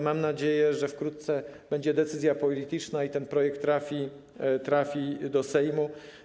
Mam nadzieję, że wkrótce będzie decyzja polityczna i ten projekt trafi do Sejmu.